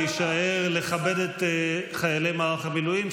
להישאר לכבד את חיילי מערך המילואים,